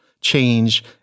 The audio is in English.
change